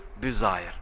desire